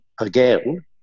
again